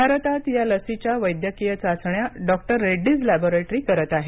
भारतात या लसीच्या वैद्यकीय चाचण्या डॉक्टर रेड्डीज लॅबोरेटरी करत आहे